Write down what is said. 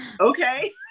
okay